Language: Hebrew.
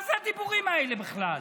מה הדיבורים האלה בכלל?